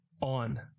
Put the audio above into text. on